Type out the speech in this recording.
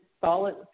solid